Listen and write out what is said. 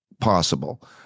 possible